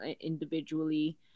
individually